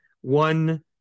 one